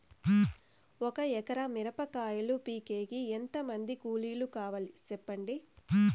ఒక ఎకరా మిరప కాయలు పీకేకి ఎంత మంది కూలీలు కావాలి? సెప్పండి?